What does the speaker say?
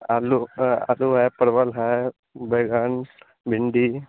आलू आलू है परवल है बैगन भिन्डी